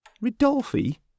Ridolfi